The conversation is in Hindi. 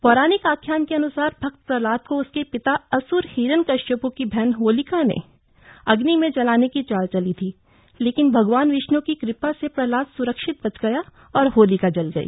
पौराणिक आख्यान के अन्सार भक्त प्रहलाद को उसके पिता असुर हिरण्यकश्यपु की बहन होलिका ने अग्नि में जलाने की चाल चली थी लेकिन भगवान विष्ण् की कृपा से प्रहलाद सुरक्षित बच गया और होलिका जल गई